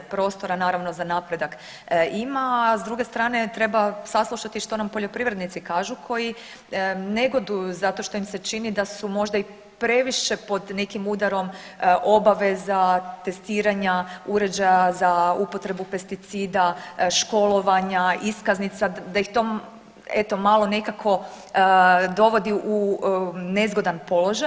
Prostora naravno za napredak ima, a s druge strane treba saslušati što nam poljoprivrednici kažu koji negoduju zato što im se čini da su možda i previše pod nekim udarom obaveza, testiranja uređaja za upotrebu pesticida, školovanja, iskaznica da ih to eto malo nekako dovodi u nezgodan položaj.